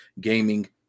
gaming